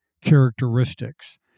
characteristics